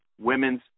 women's